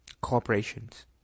corporations